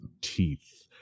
teeth